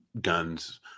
guns